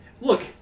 Look